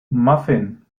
muffin